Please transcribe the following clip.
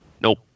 Nope